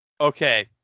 Okay